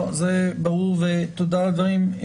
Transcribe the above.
לא, זה ברור ותודה על הדברים שלך.